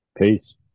Peace